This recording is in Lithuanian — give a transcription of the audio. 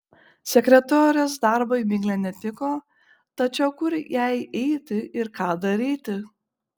sekretorės darbui miglė netiko tačiau kur jai eiti ir ką daryti